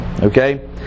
Okay